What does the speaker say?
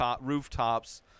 rooftops